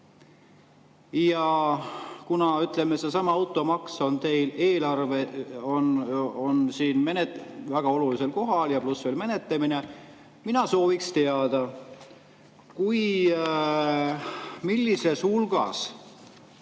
Ja kuna, ütleme, seesama automaks on teil eelarves väga olulisel kohal, pluss veel menetlemine, siis mina sooviks teada, millises hulgas